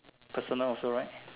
personal also right